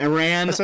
Iran